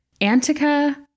antica